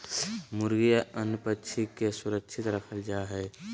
मुर्गी या अन्य पक्षि के सुरक्षित रखल जा हइ